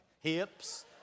Hips